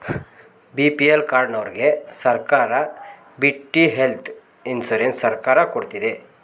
BPL ಕಾರ್ಡನವರ್ಗೆ ಸರ್ಕಾರ ಬಿಟ್ಟಿ ಹೆಲ್ತ್ ಇನ್ಸೂರೆನ್ಸ್ ಸರ್ಕಾರ ಕೊಡ್ತಿದೆ